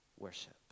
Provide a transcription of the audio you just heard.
Worship